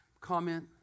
comment